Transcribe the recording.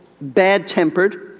bad-tempered